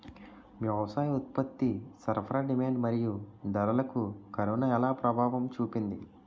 వ్యవసాయ ఉత్పత్తి సరఫరా డిమాండ్ మరియు ధరలకు కరోనా ఎలా ప్రభావం చూపింది